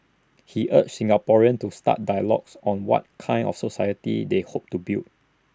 he urged Singaporeans to start dialogues on what kind of society they hope to build